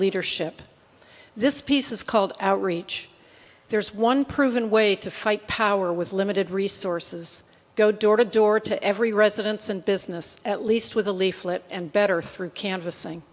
leadership this piece is called outreach there's one proven way to fight power with limited resources go door to door to every residents and business at least with a leaflet and better through canvassing